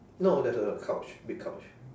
no there's a couch big couch